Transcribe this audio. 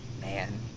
Man